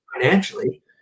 financially